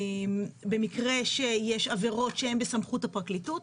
במקרה שיש עבירות שהן בסמכות הפרקליטות.